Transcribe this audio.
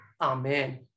Amen